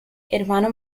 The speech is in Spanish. hermano